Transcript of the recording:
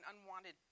unwanted